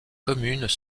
communes